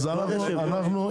הימים כתובים.